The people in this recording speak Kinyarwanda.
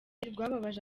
rwababaje